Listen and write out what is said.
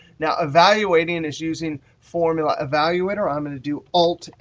yeah evaluating and is using formula evaluator. i'm going to do alt-m-v.